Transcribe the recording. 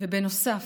בנוסף,